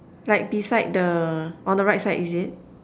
like beside the on the right side is it